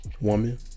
woman